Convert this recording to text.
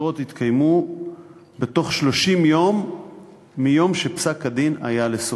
הבחירות יתקיימו בתוך 30 יום מיום שפסק-הדין היה לסופי.